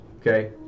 Okay